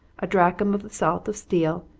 a drachm of the salt of steel,